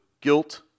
guilt